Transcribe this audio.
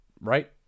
Right